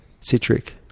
Citric